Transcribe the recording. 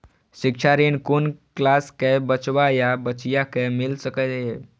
शिक्षा ऋण कुन क्लास कै बचवा या बचिया कै मिल सके यै?